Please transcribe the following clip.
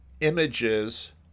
images